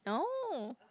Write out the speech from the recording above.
no